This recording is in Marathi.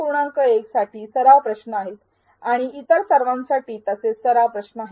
१ साठी सराव प्रश्न आहेत आणि इतर सर्वांसाठी तसेच सराव प्रश्न आहे